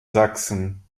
sachsen